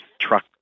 truck